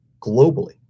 globally